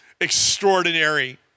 extraordinary